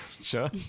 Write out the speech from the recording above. sure